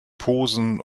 posen